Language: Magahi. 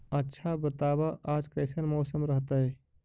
आच्छा बताब आज कैसन मौसम रहतैय?